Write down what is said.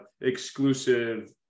exclusive